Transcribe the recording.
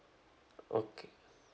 okay